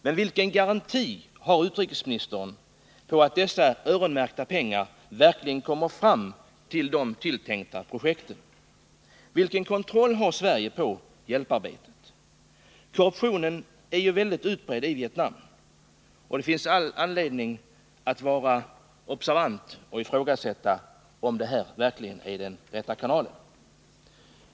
Men vilken garanti har utrikesministern för att dessa öronmärkta pengar verkligen kommer fram till de tilltänkta projekten? Vilken kontroll har Sverige på hjälparbetet? Korruptionen är mycket utbredd i Vietnam, och det finns all anledning att vara observant och ifrågasätta om vi använder den rätta kanalen.